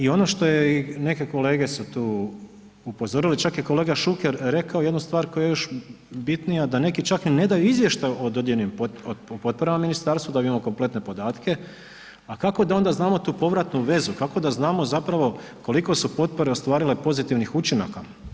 I ono što je i neke kolege su tu upozorili, čak je kolega Šuker rekao jednu stvar koja je još bitnija da neki čak ni ne daju izvještaj o dodijeljenim potporama ministarstvu da bi imali kompletne podatke, a kako da onda znamo tu povratnu vezu, kako da znamo koliko su potpore ostvarile pozitivnih učinaka.